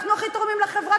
אנחנו הכי תורמים לחברה,